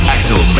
Axel